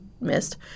missed